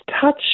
touch